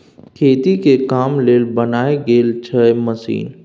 खेती के काम लेल बनाएल गेल छै मशीन